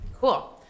cool